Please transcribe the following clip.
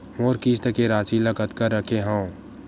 मोर किस्त के राशि ल कतका रखे हाव?